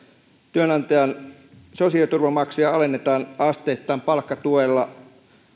työnantajan sosiaaliturvamaksuja alennetaan asteittain palkkatuella